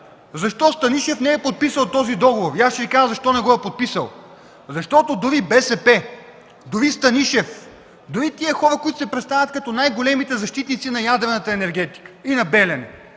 защо Станишев не е подписал този договор? Ще Ви кажа защо не го е подписал. Защото дори БСП, дори Станишев, дори хората, които се представят като най-големите защитници на атомната енергетика и на „Белене”,